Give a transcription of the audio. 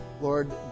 Lord